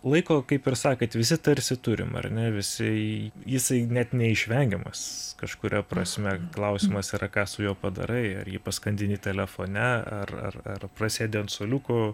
laiko kaip ir sakėt visi tarsi turim ar ne visi jisai net neišvengiamas kažkuria prasme klausimas yra ką su juo padarai ar jį paskandini telefone ar ar ar prasėdi ant suoliuko